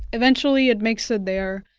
eventually, it makes it there.